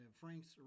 Frank's